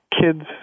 kids